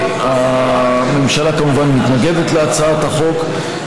הממשלה כמובן מתנגדת להצעת החוק.